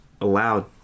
allowed